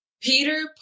Peter